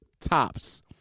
tops